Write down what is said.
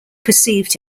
perceived